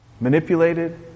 manipulated